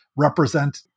Represent